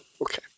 Okay